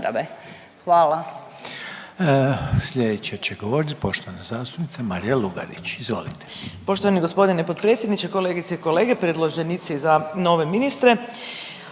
Hvala